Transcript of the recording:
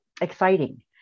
exciting